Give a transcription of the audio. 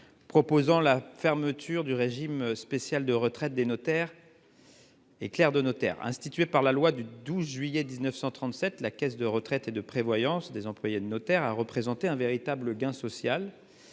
pour objet la fermeture du régime spécial de retraite des notaires et clercs de notaire. Instituée par la loi du 12 juillet 1937, la caisse de retraite et de prévoyance des employés de notaire a représenté un véritable gain social